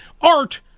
art